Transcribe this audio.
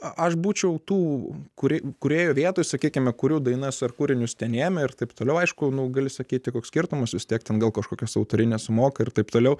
aš būčiau tų kuri kūrėjo vietoj sakykime kurių dainas ar kūrinius ten ėmė ir taip toliau aišku nu gali sakyti koks skirtumas vis tiek ten gal kažkokios autorines moka ir taip toliau